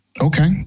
Okay